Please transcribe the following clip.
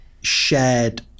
shared